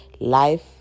life